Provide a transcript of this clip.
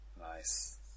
Nice